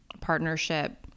partnership